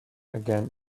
again